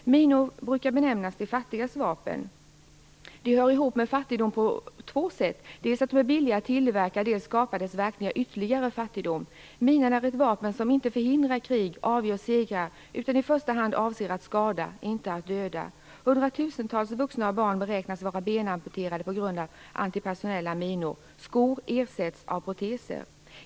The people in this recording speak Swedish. Minor brukar benämnas "de fattigas vapen". De hör ihop med fattigdom på två sätt. Dels är de billiga att tillverka, dels skapar deras verkningar ytterligare fattigdom. Minor är ett vapen som inte förhindrar krig eller avgör segrar utan i första hand avser att skada, inte att döda. Hundratusentals vuxna och barn beräknas vara benamputerade på grund av antipersonella minor. Skor ersätts av proteser.